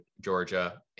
Georgia